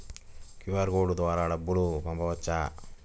QR code ద్వారా డబ్బులు పంపవచ్చా?